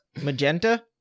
Magenta